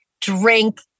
drink